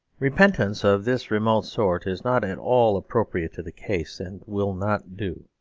repentance of this remote sort is not at all appropriate to the case, and will not do.